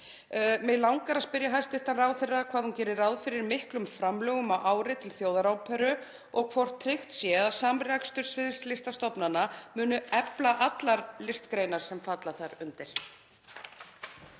Mig langar að spyrja hæstv. ráðherra hvað hún geri ráð fyrir miklum framlögum á ári til þjóðaróperu og hvort tryggt sé að samrekstur sviðslistastofnana muni efla allar listgreinar sem falla þar undir.